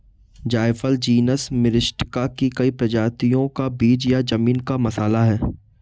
जायफल जीनस मिरिस्टिका की कई प्रजातियों का बीज या जमीन का मसाला है